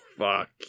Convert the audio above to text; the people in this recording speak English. Fuck